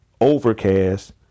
Overcast